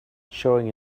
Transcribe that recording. showing